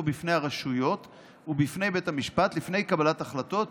בפני הרשויות ובפני בית המשפט לפני קבלת החלטות